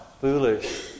foolish